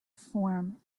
form